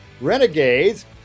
renegades